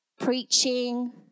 preaching